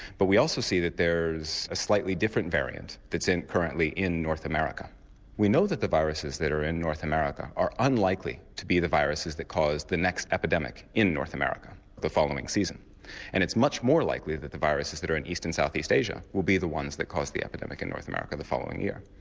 but we also see that there's a slightly different variant that's currently in north america we know that the viruses that are in north america are unlikely to be the viruses that cause the next epidemic in north america the following season and it's much more likely that the viruses that are in east and south east asia will be the ones that cause the epidemic in north america the following year.